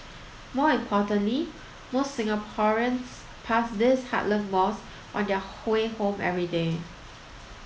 more importantly most Singaporeans pass these heartland malls on their way home every day